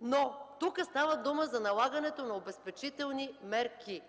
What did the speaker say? Но тук става дума за налагането на обезпечителни мерки.